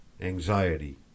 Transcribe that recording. anxiety